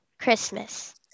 Christmas